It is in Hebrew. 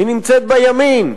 היא נמצאת בימין,